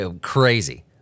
crazy